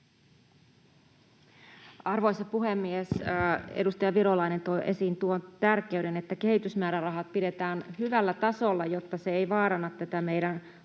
Arvoisa puhemies! Edustaja Virolainen toi esiin tuon tärkeyden, että kehitysmäärärahat pidetään hyvällä tasolla, jotta ei vaaranneta tätä meidän